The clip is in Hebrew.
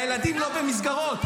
הילדים לא במסגרות.